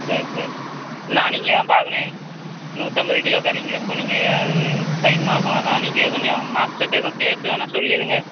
சரி சரி அண்ணா நீங்கள் தான் பார்க்கணும் நூற்றம்பது கிலோ கறிங்கிறப்போ நீங்கள் அது டைம் ஆகும் அதுதான் நீங்கள் கொஞ்சம் மாஸ்டர்கிட்ட எதுவும் கேட்டு வேணா சொல்லிடுங்க